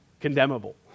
condemnable